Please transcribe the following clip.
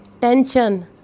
Tension